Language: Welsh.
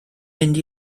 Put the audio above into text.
mynd